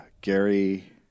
Gary